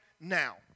now